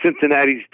Cincinnati's